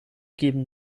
geben